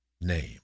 name